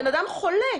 הוא חולה.